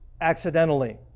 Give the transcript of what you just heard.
accidentally